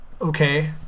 Okay